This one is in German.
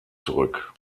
zurück